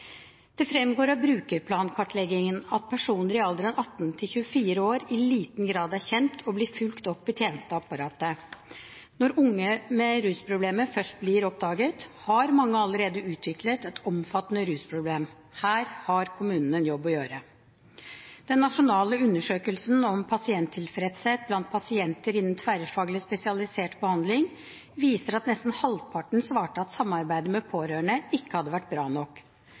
Det fremgår av Brukerplan-kartleggingen at personer i alderen 18–24 år i liten grad er kjent og blir fulgt opp i tjenesteapparatet. Når unge med rusproblemer først blir oppdaget, har mange allerede utviklet et omfattende rusproblem. Her har kommunene en jobb å gjøre. Den nasjonale undersøkelsen om pasienttilfredshet blant pasienter innen tverrfaglig spesialisert behandling viser at nesten halvparten svarte at samarbeidet med pårørende ikke hadde vært bra nok.